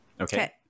Okay